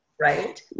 right